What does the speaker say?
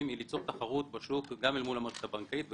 היא ליצור תחרות בשוק אל מול המערכת הבנקאית ובכלל.